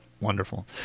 Wonderful